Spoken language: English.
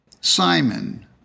Simon